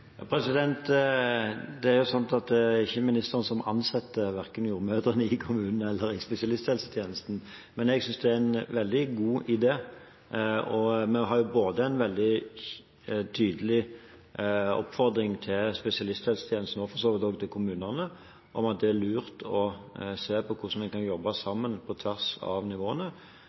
Det er ikke ministeren som ansetter jordmødrene verken i kommunene eller i spesialisthelsetjenesten. Men jeg synes det er en veldig god idé, og vi har både en veldig tydelig oppfordring til spesialisthelsetjenesten – og for så vidt også til kommunene – om at det er lurt å se på hvordan vi kan jobbe